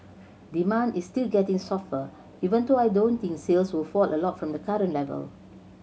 demand is still getting softer even though I don't think sales will fall a lot from the current level